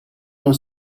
non